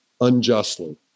unjustly